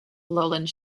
lowland